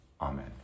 Amen